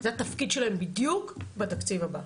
זה התפקיד שלהם בדיוק בתקציב הבא,